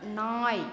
நாய்